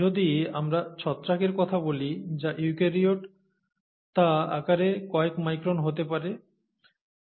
যদি আমরা ছত্রাকের কথা বলি যা ইউকারিওট তা আকারে কয়েক মাইক্রন হতে পারে